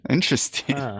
Interesting